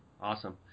awesome